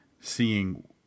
seeing